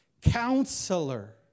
Counselor